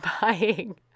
buying